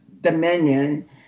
Dominion